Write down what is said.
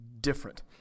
different